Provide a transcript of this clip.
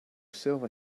silver